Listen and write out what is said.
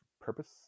purpose